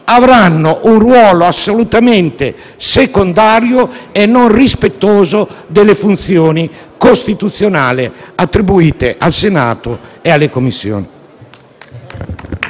avranno un ruolo assolutamente secondario e non rispettoso delle funzioni costituzionali attribuite al Senato e alle Commissioni.